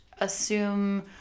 assume